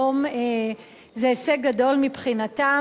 היום זה הישג גדול מבחינתם.